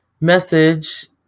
message